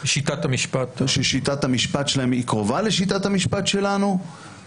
ששיטת המשפט שלהם היא קרובה לשיטת המשפט שלנו,